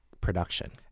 production